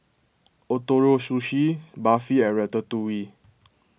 Ootoro Sushi Barfi and Ratatouille